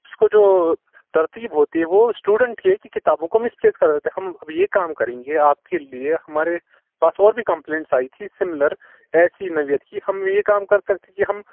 اس کو جو ترتیب ہوتی ہے وہ اسٹوڈنٹ ہی کتابوں کو مسمیچ کر دیتے ہیں ہم اب یہ کام کریں گے آپ کے لیے ہمارے پاس اور بھی کمپلینٹس آئی تھی سملر ایسی نوعیت کی ہم یہ کام کر سکتے ہیں کہ ہم